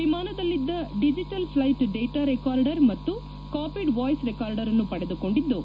ವಿಮಾನದಲ್ಲಿದ್ದ digital flight data recorder ಮತ್ತು cockpit voice recorder ಅನ್ನು ಪಡೆದುಕೊಂಡಿದ್ದು